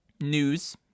news